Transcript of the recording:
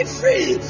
free